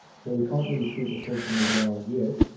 so we can't really treat the frogs in the wild yet,